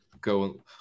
go